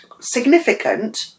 significant